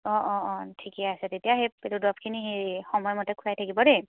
অঁ অঁ অঁ ঠিকে আছে তেতিয়া সেই পেলু দৰৱখিনি সেই সময়মতে খুৱাই থাকিব দেই